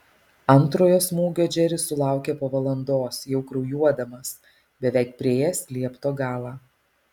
antrojo smūgio džeris sulaukė po valandos jau kraujuodamas beveik priėjęs liepto galą